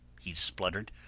he spluttered,